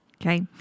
Okay